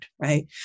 right